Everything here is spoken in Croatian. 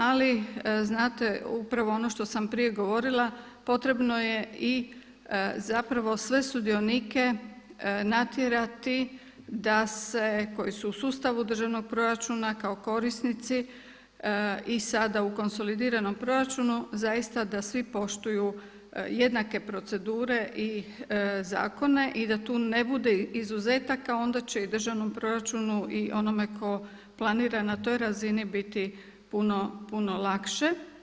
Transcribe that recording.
Ali znate upravo ono što sam prije govorila potrebno je sve sudionike natjerati koji su u sustavu državnog proračuna kao korisnici i sada u konsolidiranom proračunu zaista da svi poštuju jednake procedure i zakone i da tu ne bude izuzetaka onda će i državnom proračunu i onome tko planira na toj razini biti puno lakše.